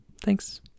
thanks